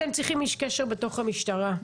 אתם צריכים איש קשר בתוך המשטרה.